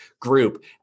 group